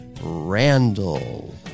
Randall